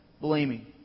blaming